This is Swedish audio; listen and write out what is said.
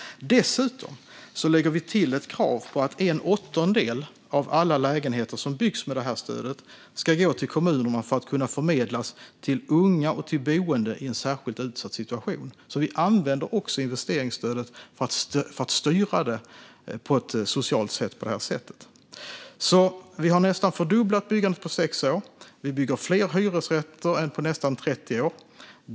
Dessutom lägger vi till ett krav på att en åttondel av alla lägenheter som byggs med det här stödet ska gå till kommunerna för att kunna förmedlas till unga och till boende i en särskilt utsatt situation, så vi använder också investeringsstödet för att styra på ett socialt sätt. Vi har nästan fördubblat byggandet på sex år. Vi bygger fler hyresrätter än på nästan 30 år.